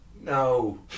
no